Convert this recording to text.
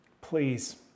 Please